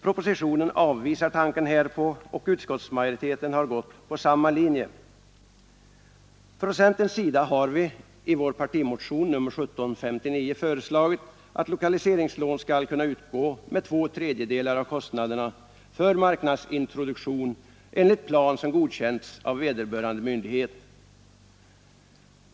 Propositionen avvisar tanken härpå, och utskottsmajori teten har gått på samma linje. Från centerns sida har vi i vår partimotion nr 1759 föreslagit att lokaliseringslån skall kunna utgå med två tredjedelar av kostnaderna för marknadsintroduktion enligt plan som godkänts av vederbörande myndighet.